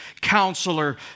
counselor